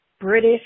British